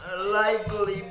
likely